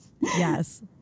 Yes